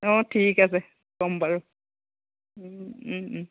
অ ঠিক আছে ক'ম বাৰু ও ওম ওম